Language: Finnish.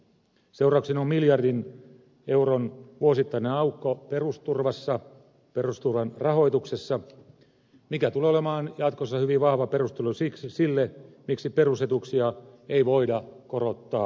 seurauksena on miljardin euron vuosittainen aukko perusturvassa perustur van rahoituksessa mikä tulee olemaan jatkossa hyvin vahva perustelu sille miksi perusetuuksia ei voida korottaa